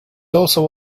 also